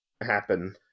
happen